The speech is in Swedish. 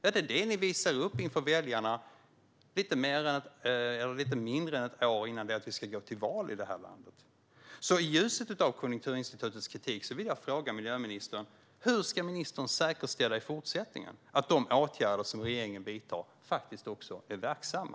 Är det detta ni visar upp för väljarna lite mindre än ett år innan vi ska gå till val i det här landet? I ljuset av Konjunkturinstitutets kritik vill jag fråga miljöministern: Hur ska ministern säkerställa i fortsättningen att de åtgärder som regeringen vidtar också är verksamma?